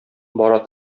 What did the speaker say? бара